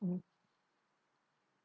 mm